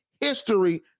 history